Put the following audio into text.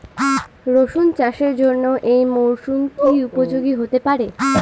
রসুন চাষের জন্য এই মরসুম কি উপযোগী হতে পারে?